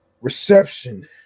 Reception